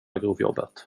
grovjobbet